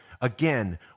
again